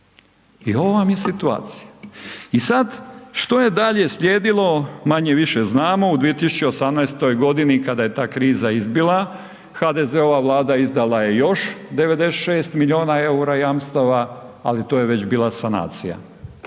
i ovo vam je situacija. I sada što je dalje slijedilo, manje-više znamo u 2018- godini kada je ta kriza izbila, HDZ-ova Vlada izdala je još 96 milijuna eura jamstava, ali to je već bila sanacija.